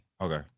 Okay